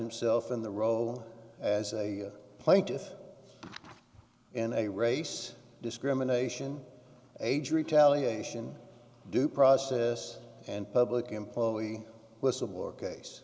himself in the role as a plaintiff in a race discrimination age retaliation due process and public employee whistleblower case